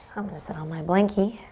i'm gonna sit on my blanky.